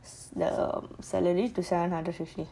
the salary to seven hundred fifty